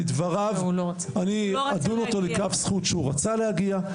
לדבריו אני אדון אותו לכף זכות שהוא רצה להגיע,